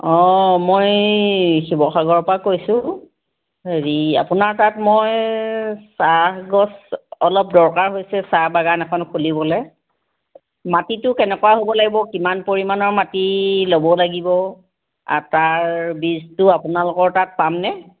অ' মই শিৱসাগৰৰ পৰা কৈছোঁ আপোনাৰ তাত মই চাহগছ অলপ দৰকাৰ হৈছে চাহবাগান এখন খুলিবলে মাটিটো কেনেকুৱা হ'ব লাগিব কিমান পৰিমাণৰ মাটি ল'ব লাগিব আটাৰ বীজটো আপোনালোকৰ তাত পামনে